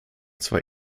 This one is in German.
zwar